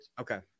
Okay